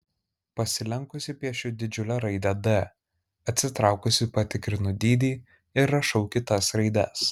pasilenkusi piešiu didžiulę raidę d atsitraukusi patikrinu dydį ir rašau kitas raides